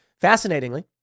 Fascinatingly